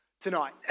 tonight